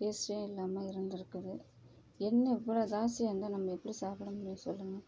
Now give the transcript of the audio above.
டேஸ்ட்டே இல்லாமல் இருந்துருக்குது எண்ணெய் இவ்வளோ ஜாஸ்தியாக இருந்தால் நம்ம எப்படி சாப்பிட முடியும் சொல்லுங்கள்